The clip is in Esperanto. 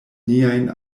niajn